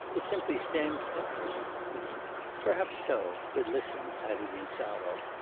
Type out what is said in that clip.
it simply stands empty perhaps so but listen added insarov,